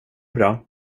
bra